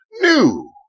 new